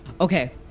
Okay